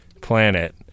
planet